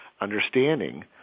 understanding